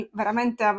veramente